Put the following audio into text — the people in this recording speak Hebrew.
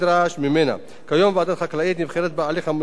כיום, ועדה חקלאית נבחרת בהליך המנוהל באמצעות